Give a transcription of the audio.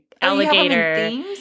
alligator